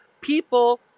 people